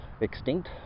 extinct